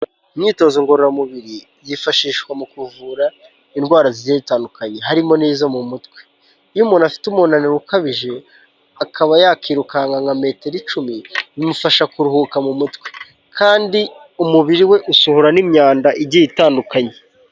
Imyitozo ngororamubiri yifashishwa mu kuvura indwara zigiye zitandukanye, harimo n'izo mu mutwe. Iyo umuntu afite umunaniro ukabije, akaba yakirukanka nka metero icumi, bimufasha kuruhuka mu mutwe. Kandi umubiri we usohohora n'imyanda igiye itandukanye.